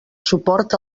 suport